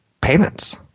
payments